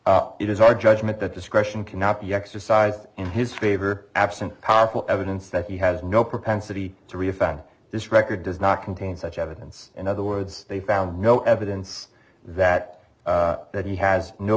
it is our judgment that discretion cannot be exercised in his favor absent powerful evidence that he has no propensity to re offend this record does not contain such evidence in other words they found no evidence that that he has no